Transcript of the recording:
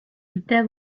there